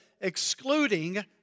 excluding